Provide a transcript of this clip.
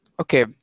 Okay